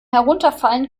herunterfallen